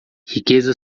riqueza